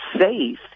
faith